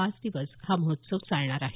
पाच दिवस हा महोत्सव चालणार आहे